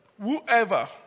Whoever